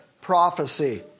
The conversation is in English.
prophecy